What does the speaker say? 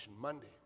monday